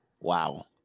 Wow